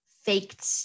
faked